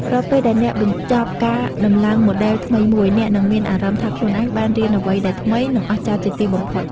រាល់ពេលដែលអ្នកបញ្ចប់ការដំឡើងម៉ូដែលថ្មីមួយ អ្នកនឹងមានអារម្មណ៍ថាខ្លួនឯងបានរៀនអ្វីដែលថ្មី និងអស្ចារ្យជាទីបំផុត។